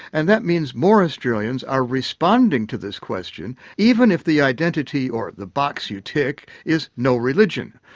and that means more australians are responding to this question even if the identity or the box you tick is no religion.